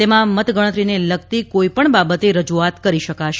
તેમાં મતગણતરીને લગતી કોઇપણ બાબતે રજૂઆત કરી શકાશે